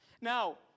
Now